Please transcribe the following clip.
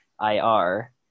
IR